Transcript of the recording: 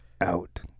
out